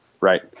right